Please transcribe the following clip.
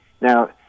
Now